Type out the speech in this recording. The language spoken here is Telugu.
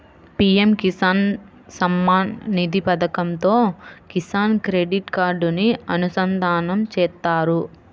పీఎం కిసాన్ సమ్మాన్ నిధి పథకంతో కిసాన్ క్రెడిట్ కార్డుని అనుసంధానం చేత్తారు